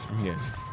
Yes